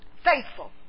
Faithful